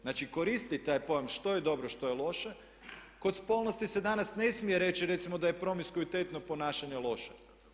Znači koristiti taj pojam što je dobro, što je loše, kod spolnosti se danas ne smije reći recimo da je promiskuitetno ponašanje loše.